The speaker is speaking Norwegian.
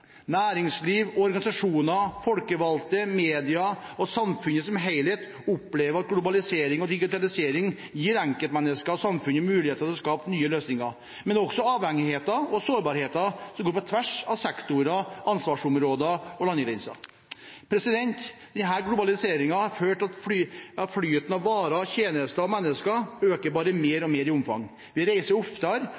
Næringsliv og organisasjoner, folkevalgte, medier og samfunnet som helhet opplever at globalisering og digitalisering gir enkeltmennesker og samfunnet muligheter til å skape nye løsninger, men også avhengigheter og sårbarheter som går på tvers av sektorer, ansvarsområder og landegrenser. Denne globaliseringen har ført til at flyten av varer, tjenester og mennesker øker bare mer